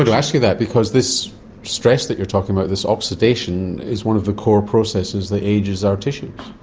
to ask you that because this stress that you're talking about, this oxidation, is one of the core processors that ages our tissues.